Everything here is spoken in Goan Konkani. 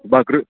बकऱ्यो